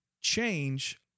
change